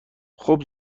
خوب